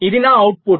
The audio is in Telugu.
ఇది నా అవుట్పుట్